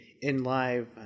in-live